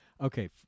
okay